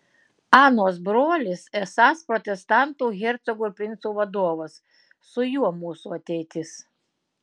anos brolis esąs protestantų hercogų ir princų vadovas su juo mūsų ateitis